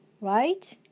right